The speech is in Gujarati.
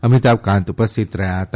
અમિતાબ કાંત ઉપસ્થિત રહ્યા હતા